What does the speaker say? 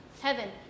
Heaven